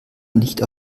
nicht